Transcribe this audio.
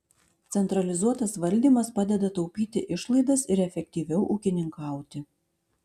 centralizuotas valdymas padeda taupyti išlaidas ir efektyviau ūkininkauti